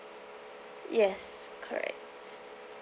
yes correct